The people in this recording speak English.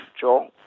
Joel